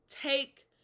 take